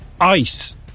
ice